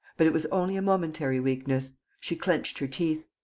but it was only a momentary weakness. she clenched her teeth.